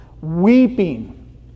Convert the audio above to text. weeping